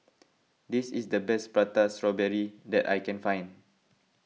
this is the best Prata Strawberry that I can find